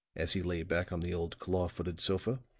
as he lay back on the old claw-footed sofa.